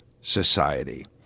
society